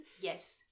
Yes